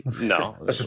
no